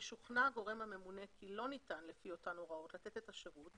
ושוכנע הגורם הממונה כי לא ניתן לפי אותן הוראות לתת את השירות